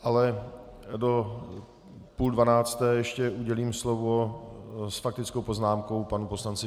Ale do půl dvanácté ještě udělím slovo s faktickou poznámkou panu poslanci Pilnému.